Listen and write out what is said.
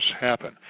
happen